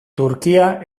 turkia